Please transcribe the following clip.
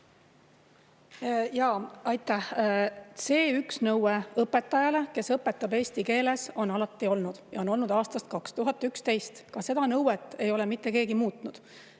2011. Aitäh! C1 nõue on õpetajal, kes õpetab eesti keeles, alati olnud, see on olnud aastast 2011. Seda nõuet ei ole mitte keegi muutnud.